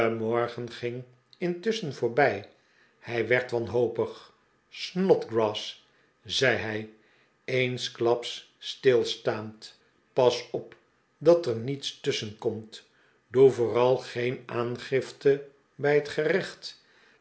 morgen ging intusschen voorbij hij werd wanhopig snodgrass zei hij eensklaps stilstaand pas op dat er niets tusschen komt doe vooral geen aangifte bij het gerecht